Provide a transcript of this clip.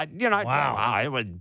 Wow